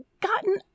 gotten